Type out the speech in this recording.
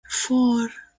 four